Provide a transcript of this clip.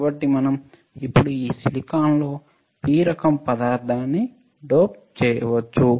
కాబట్టి మనం ఇప్పుడు ఈ సిలికాన్లో P రకం పదార్థాన్ని డోప్ చేయవచ్చు